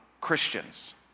Christians